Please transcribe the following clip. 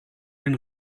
den